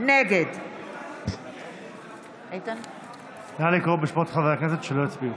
נגד נא לקרוא בשמות חברי הכנסת שלא הצביעו.